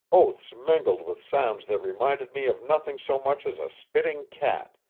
oaths mingled with sounds that reminded me of nothing so much as a spitting cat,